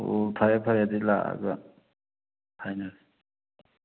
ꯑꯣ ꯐꯔꯦ ꯐꯔꯦ ꯑꯗꯨꯗꯤ ꯂꯥꯛꯑꯒ ꯍꯥꯏꯅꯔꯁꯤ